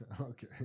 Okay